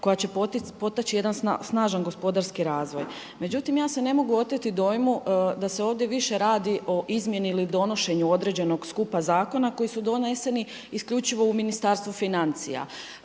koja će potaći jedan snažan gospodarski razvoj. Međutim, ja se ne mogu oteti dojmu da se ovdje više radi o izmjeni ili donošenju određenog skupa zakona koji su doneseni isključivo u Ministarstvu financija.